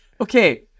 okay